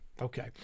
Okay